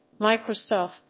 Microsoft